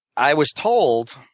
i was told